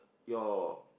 your